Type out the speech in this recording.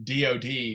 DOD